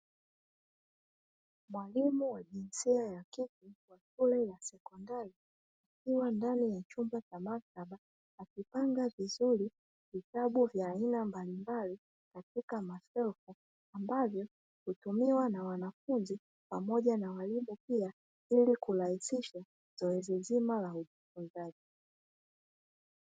Mwalimu wa jinsia ya kike wa shule la sekondari akiwa ndani ya chumba cha maktaba, akipanga vizuri vitabu vya aina mbalimbali katika mashelfu ambavyo hutumiwa na wanafunzi pamoja na walimu; pia ili kurahisisha zoezi zima la utafutaji.